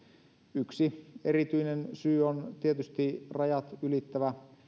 yksi erityinen syy on tietysti rajat ylittävä